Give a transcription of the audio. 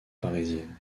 parisiennes